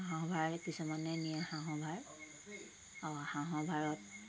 হাঁহ ভাৰ কিছুমানে নিয়ে হাঁহ ভাৰ আ হাঁহ ভাৰত